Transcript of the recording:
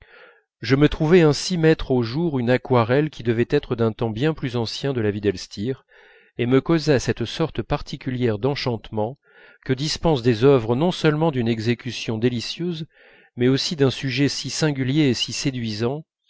je me trouvai ainsi mettre au jour une aquarelle qui devait être d'un temps bien plus ancien de la vie d'elstir et me causa cette sorte particulière d'enchantement que dispensent des œuvres non seulement d'une exécution délicieuse mais aussi d'un sujet si singulier et si séduisant